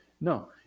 No